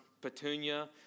Petunia